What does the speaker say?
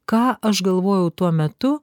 ką aš galvojau tuo metu